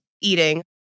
eating